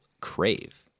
crave